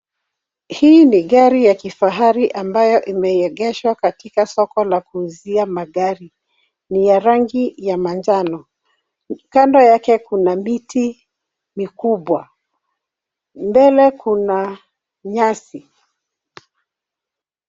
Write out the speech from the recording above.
Hii ni gari la kifahari ambayo imeegeshwa katika soko la kuuzia magari. Ni ya rangi ya manjano. Kando yake kuna miti mikubwa. Mbele kuna nyasi.